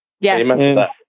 Yes